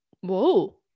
Whoa